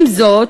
עם זאת,